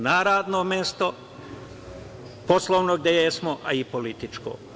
Na radno mesto, poslovno gde jesmo, a i političko.